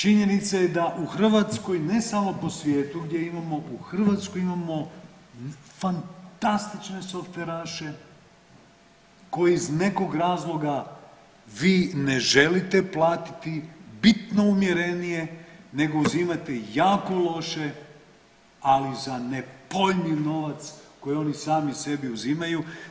Činjenica je da u Hrvatskoj, ne samo po svijetu gdje imamo, u Hrvatskoj imamo fantastične softveraše koji iz nekog razloga vi ne želite platiti bitno umjerenije nego uzimate jako loše, ali za nepojmljiv novac koji oni sami sebi uzimaju.